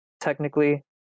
technically